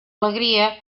alegria